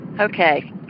Okay